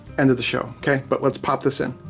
end of the show, okay? but let's pop this in.